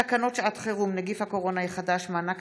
תקנות שעת חירום (נגיף הקורונה החדש) (מענק